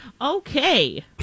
Okay